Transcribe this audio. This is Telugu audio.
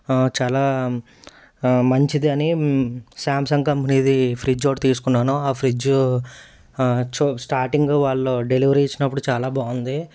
చాలా మంచిది అని శ్యాంసంగ్ కంపెనీది ఫ్రిడ్జ్ ఒకటి తీసుకున్నాను ఆ ఫ్రిడ్జు చూ స్టార్టింగు వాళ్ళు డెలివరీ ఇచ్చినప్పుడు చాలా బాగుంది